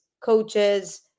coaches